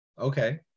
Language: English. Okay